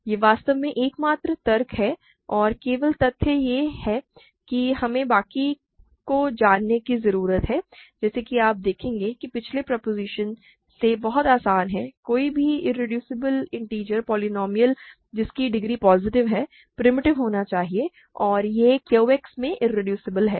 यह वास्तव में एकमात्र तर्क है केवल तथ्य यह है कि हमें बाकी को जानने की जरूरत है जैसा कि आप देखेंगे कि पिछले प्रोपोज़िशन से बहुत आसान है कोई भी इरेड्यूसबल इन्टिजर पोलीनोमिअल जिसकी डिग्री पॉजिटिव है प्रिमिटिव होना चाहिए और यह Q X में इरेड्यूसबल है